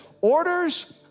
orders